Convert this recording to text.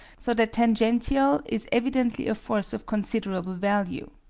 so that tangential is evidently a force of considerable value.